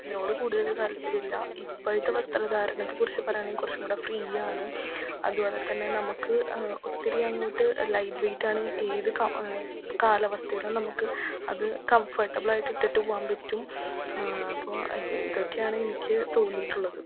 അതിനോട് കൂടുതൽ താത്പര്യം ഇല്ല ഇപ്പോഴത്തെ വസ്ത്ര ധാരണത്തെക്കുറിച്ച് പറയുകയാണെങ്കിൽ കുറച്ചു കൂടി ഫ്രീയാണ് അതുപോലെ തന്നെ നമുക്ക് ഒത്തിരി അങ്ങോട്ട് ലൈറ്റ് വെയ്റ്റാണ് ഏത് ക കാലാവസ്ഥയിലും നമുക്ക് അത് കംഫർട്ടബിളായിട്ടിട്ടിട്ട് പോകാൻ പറ്റും അപ്പോൾ ഇതൊക്കെയാണ് എനിക്ക് തോന്നിയിട്ടുള്ളത്